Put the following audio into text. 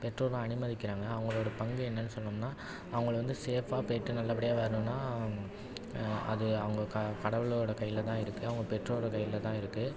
பெற்றோரும் அனுமதிக்கிறாங்க அவங்களோட பங்கு என்னென்னு சொன்னோமுன்னா அவங்கள வந்து சேஃபாக போய்ட்டு நல்லபடியாக வரணுன்னா அது அவங்க க கடவுளோடய கையில் தான் இருக்குது அவங்க பெற்றோர் கையில் தான் இருக்குது